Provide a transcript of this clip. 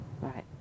Right